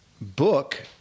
book